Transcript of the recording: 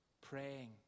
praying